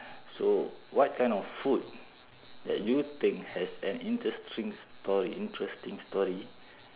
so what kind of food that you think has an interesting story interesting story